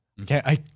Okay